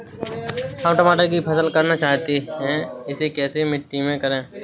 हम टमाटर की फसल करना चाहते हैं इसे कैसी मिट्टी में करें?